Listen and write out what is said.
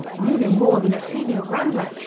you know more than a senior wrangler!